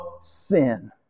sin